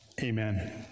Amen